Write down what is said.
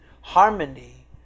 harmony